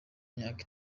imyaka